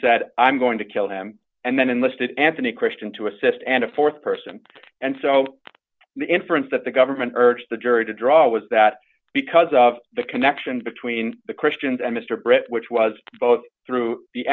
said i'm going to kill him and then and listed anthony christian to assist and a th person and so the inference that the government urged the jury to draw was that because of the connection between the christians and mr britt which was both through the